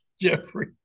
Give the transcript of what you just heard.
Jeffrey